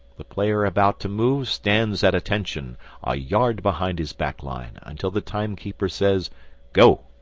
the player about to move stands at attention a yard behind his back line until the timekeeper says go.